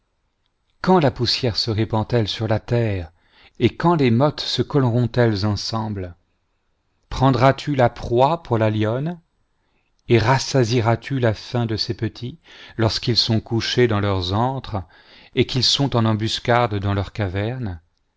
quand la poussière se répand-elle sur la tene et quand les mottes se colleront elles ensemble prendras-tu la proie pour la lionne et rassasieras-tu la faim de ses petits lorsqu'ils sont couchés dans leurs antres et qu'ils sont en embuscade dans leurs cavernes